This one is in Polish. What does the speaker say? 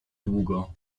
długo